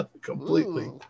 completely